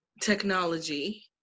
technology